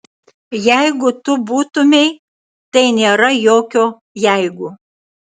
jeigu tu būtumei tai nėra jokio jeigu